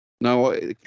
No